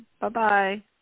Bye-bye